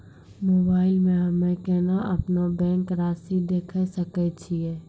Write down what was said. Mobile मे हम्मय केना अपनो बैंक रासि देखय सकय छियै?